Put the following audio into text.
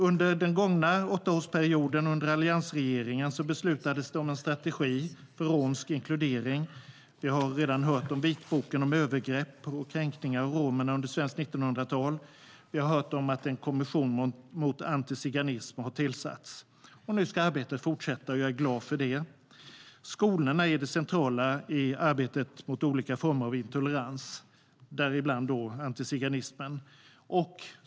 Under den gångna åttaårsperioden, under alliansregeringen, beslutades det om en strategi för romsk inkludering. Vi har redan hört om vitboken och om övergrepp och kränkningar av romerna under svenskt 1900-tal. Vi har hört att en kommission mot antiziganism har tillsatts. Nu ska arbetet fortsätta, och jag är glad för det. Skolan har en central roll i arbetet mot olika former av intolerans, däribland antiziganism.